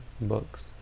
books